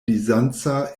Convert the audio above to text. bizanca